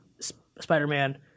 Spider-Man